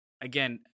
again